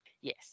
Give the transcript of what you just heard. Yes